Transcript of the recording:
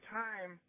time